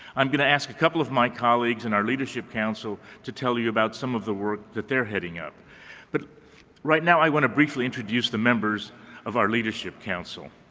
i'm going to ask a couple of my colleagues in our leadership council to tell you about some of the work that they're heading but right now i want to briefly introduce the members of our leadership council.